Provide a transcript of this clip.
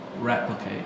replicate